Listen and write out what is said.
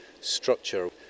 structure